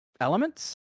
elements